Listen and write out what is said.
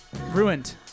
ruined